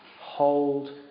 Hold